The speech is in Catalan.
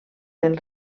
pel